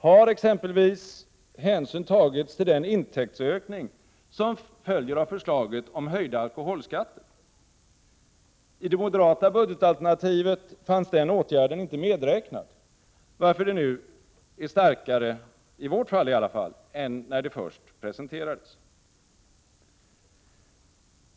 Har exempelvis hänsyn tagits till den intäktsökning som följer av förslaget om höjda alkoholskatter? I det moderata budgetalternativet fanns den åtgärden inte medräknad, varför det nu är starkare än när det först presenterades.